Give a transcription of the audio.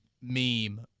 meme